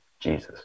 Jesus